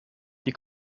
die